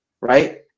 Right